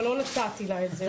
אבל לא נתתי לה את זה.